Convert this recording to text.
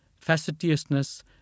facetiousness